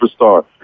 superstar